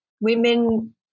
women